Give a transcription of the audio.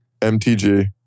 MTG